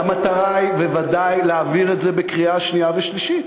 אתה מתכוון להעביר את זה בקריאה שנייה ושלישית?